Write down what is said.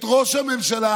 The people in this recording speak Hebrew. את ראש הממשלה.